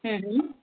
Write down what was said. ह्म्